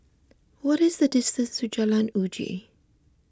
what is the distance to Jalan Uji